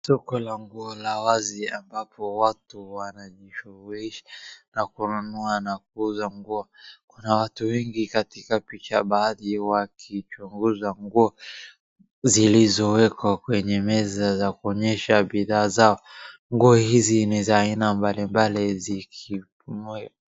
Soko la nguo la wazi ambapo watu wanajishughulisha na kununua na kuuza nguo. Kuna watu wengi katika picha baadhi wakichunguza nguo zilizowekwa kwenye meza za kuonyesha bidhaa zao. Nguo hizi ni za aina mbalimbali ziki.